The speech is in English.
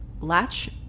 latch